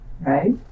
right